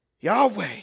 Yahweh